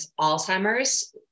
Alzheimer's